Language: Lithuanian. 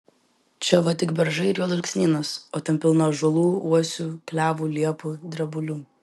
čia va tik beržai ir juodalksnynas o ten pilna ąžuolų uosių klevų liepų drebulių